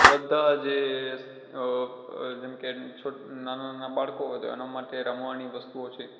બધા જે જેમકે છો નાના નાના બાળકો હોય તો એનાં માટે રમવાની વસ્તુઓ છે